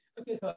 Okay